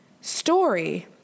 story